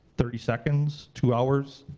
thirty seconds, two hours,